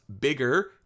bigger